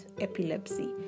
epilepsy